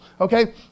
Okay